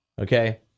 Okay